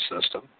system